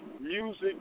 music